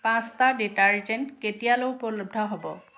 pasta detergent কেতিয়ালৈ উপলব্ধ হ'ব